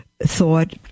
thought